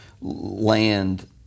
land